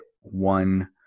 one